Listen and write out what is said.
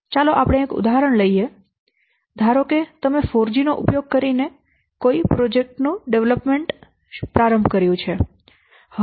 ચાલો આપણે એક ઉદાહરણ લઈએ ધારો કે તમે 4G નો ઉપયોગ કરીને કોઈ પ્રોજેક્ટ ના વિકાસ સાથે પ્રારંભ કર્યો છે